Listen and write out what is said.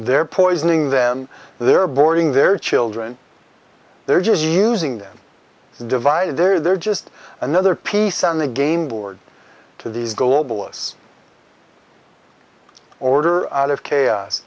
they're poisoning them they're boarding their children they're just using them to divide they're just another piece on the game board to these globalists order out of chaos